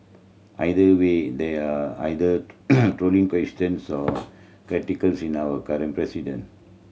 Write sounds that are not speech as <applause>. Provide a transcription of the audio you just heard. either way there are either <noise> trolling questions or <unintelligible> in our current president